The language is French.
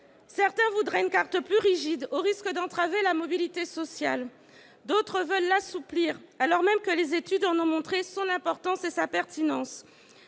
Certains voudraient une carte plus rigide, au risque d'entraver la mobilité sociale. D'autres veulent assouplir celle qui existe, alors même que les études ont montré son importance et sa pertinence.